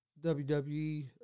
WWE